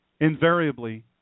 invariably